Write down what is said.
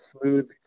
smooth